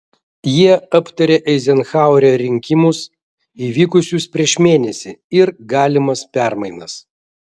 jie aptarė eizenhauerio rinkimus įvykusius prieš mėnesį ir galimas permainas